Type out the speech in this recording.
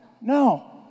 No